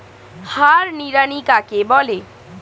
হাত নিড়ানি কাকে বলে?